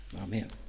Amen